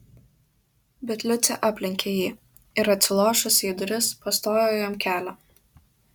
bet liucė aplenkė jį ir atsilošusi į duris pastojo jam kelią